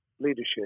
leadership